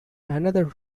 another